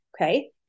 Okay